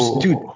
Dude